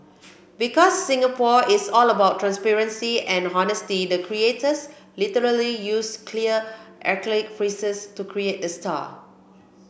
because Singapore is all about transparency and honesty the creators literally used clear acrylic to create the star